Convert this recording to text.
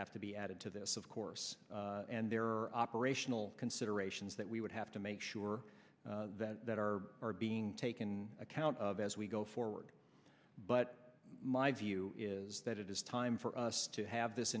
have to be added to this of course and there are operational considerations that we would have to make sure that that are being taken account of as we go forward but my view is that it is time for us to have this